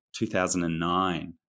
2009